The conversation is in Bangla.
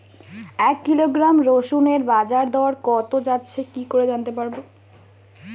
এক কিলোগ্রাম রসুনের বাজার দর কত যাচ্ছে কি করে জানতে পারবো?